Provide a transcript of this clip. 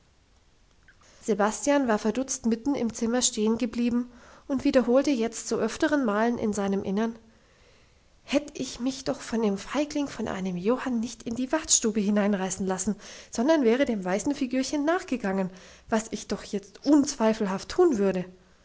sebastian war verdutzt mitten im zimmer stehen geblieben und wiederholte jetzt zu öfteren malen in seinem innern hätt ich mich doch von dem feigling von einem johann nicht in die wachtstube hineinreißen lassen sondern wäre dem weißen figürchen nachgegangen was ich doch jetzt unzweifelhaft tun würde